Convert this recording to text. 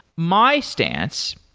my stance,